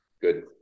good